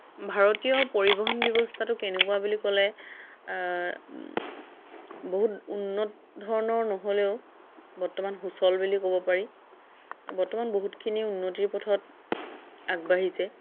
ভাৰতীয় পৰিবহণ ব্যৱস্থাটো কেনেকুৱা বুলি ক'লে বহুত উন্নত ধৰণৰ নহ'লেও বৰ্তমান সুচল বুলি ক'ব পাৰি বৰ্তমান বহুতখিনি উন্নতিৰ পথত আগবাঢ়িছে